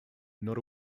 not